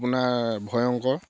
আপোনাৰ ভয়ংকৰ